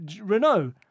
Renault